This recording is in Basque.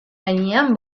gainean